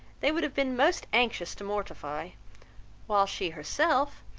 they would have been most anxious to mortify while she herself,